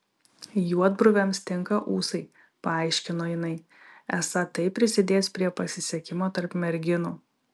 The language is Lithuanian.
juodbruviams tinka ūsai paaiškino jinai esą tai prisidės prie pasisekimo tarp merginų